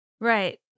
Right